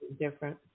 different